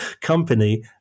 company –